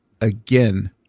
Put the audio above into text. again